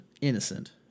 innocent